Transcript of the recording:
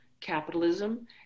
capitalism